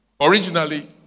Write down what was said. Originally